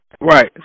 Right